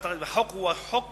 הוא חוק